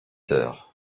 heures